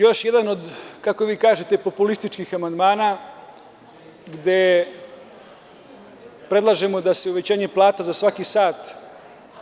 Ovo je još jedan od, kako vi kažete, populističkih amandmana gde predlažemo da se uvećanje plata za svaki sat